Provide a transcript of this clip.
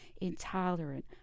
intolerant